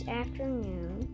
afternoon